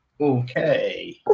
okay